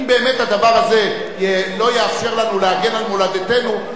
אם באמת הדבר הזה לא יאפשר לנו להגן על מולדתנו,